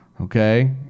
Okay